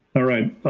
all right,